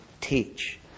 teach